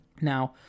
Now